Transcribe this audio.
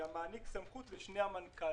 בינלאומיים